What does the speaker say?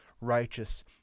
righteous